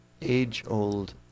age-old